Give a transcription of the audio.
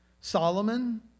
Solomon